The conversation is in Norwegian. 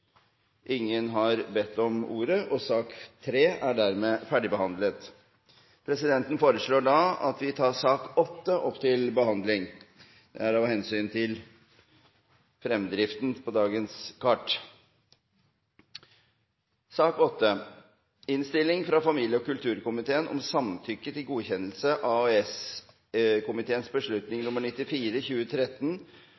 Ingen har bedt om ordet. Presidenten foreslår at vi tar sak nr. 8 opp til behandling. Det er av hensyn til fremdriften på dagens kart. Etter ønske fra familie- og kulturkomiteen vil presidenten foreslå at taletiden begrenses til